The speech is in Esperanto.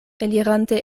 elirante